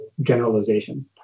generalization